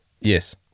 Yes